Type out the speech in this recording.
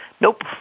Nope